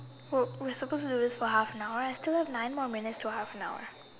oh we're supposed to do this for half an hour we still have nine more minutes to half an hour